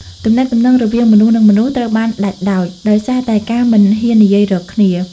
ទំនាក់ទំនងរវាងមនុស្ស និងមនុស្សត្រូវបានដាច់ដោច ដោយសារតែការមិនហ៊ាននិយាយរកគ្នា។